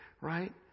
right